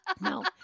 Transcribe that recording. No